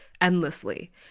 endlessly